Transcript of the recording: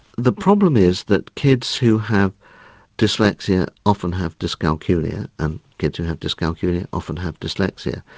the problem is that kids who have dyslexia often have dyscalculia, and kids who have dyscalculia often have dyslexia.